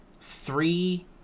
three